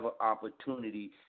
opportunity